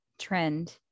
trend